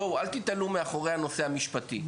בואו, אל תיתלו מאחורי הנושא המשפטי.